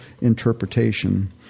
interpretation